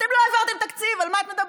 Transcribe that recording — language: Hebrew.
אתם לא העברתם תקציב, על מה את מדברת?